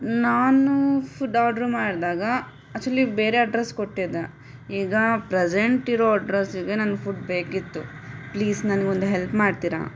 ನಾನು food order ಮಾಡಿದಾಗ actually ಬೇರೆ ಅಡ್ರಸ್ ಕೊಟ್ಟಿದ್ದೆ ಈಗ ಪ್ರೆಸೆಂಟ್ ಇರೋ ಅಡ್ರಸಿಗೆ ನಂಗೆ ಫುಡ್ ಬೇಕಿತ್ತು ಪ್ಲೀಸ್ ನನಗೊಂದು ಹೆಲ್ಪ್ ಮಾಡ್ತಿರಾ